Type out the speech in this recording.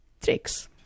tricks